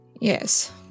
Yes